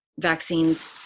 vaccines